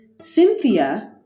Cynthia